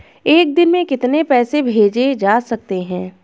एक दिन में कितने पैसे भेजे जा सकते हैं?